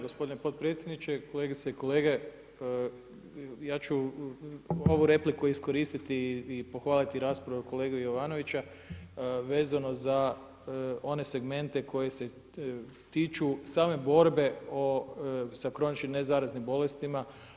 Gospodine potpredsjedniče, kolegice i kolege ja ću ovu repliku iskoristiti i pohvaliti raspravu kolege Jovanovića vezano za one segmente koji se tiču same borbe sa kroničnim nezaraznim bolestima.